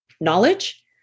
knowledge